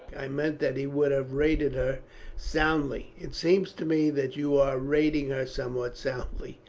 i meant that he would have rated her soundly. it seemed to me that you were rating her somewhat soundly,